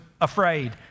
afraid